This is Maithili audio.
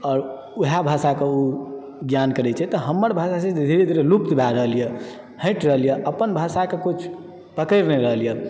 आओर वएह भाषाके ओ ज्ञान करय छै तऽ हमर भाषा जे छै धीरे धीरे लुप्त भए रहलए हटि रहलए अपन भाषाके कुछ पकड़ि नहि रहलए